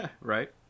Right